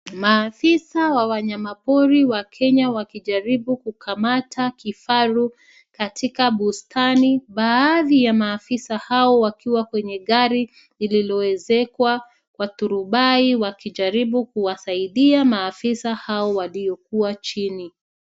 Maafisa wa wanyamapori wa Kenya wakijaribu kukamata kifaru katika bustani, baadhi ya maafisa hao wakiwa kwenye gari lililoezekwa kwa turubai wakijaribu kuwasaidia maafisa haon waliokuwa chini.